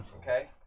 Okay